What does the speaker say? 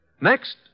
Next